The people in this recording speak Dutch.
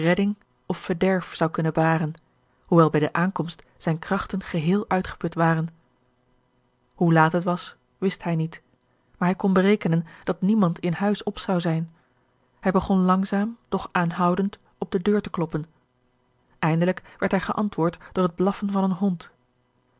of verderf zou kunnen baren hoewel bij de aankomst zijne krachten geheel uitgeput waren hoe laat het was wist hij niet maar hij kon berekenen dat niemand in huis op zou zijn hij begon langzaam doch aanhoudend op de deur te kloppen eindelijk werd hij geantwoord door het blaffen van een hond